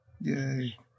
Yay